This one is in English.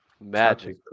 magic